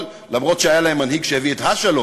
למרות שהיה להם מנהיג שהביא את ה-שלום,